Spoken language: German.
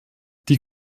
die